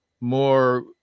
more